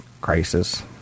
crisis